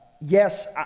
yes